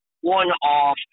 one-off